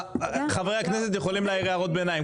חברי הכנסת יכולים להעיר הערות ביניים,